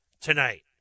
tonight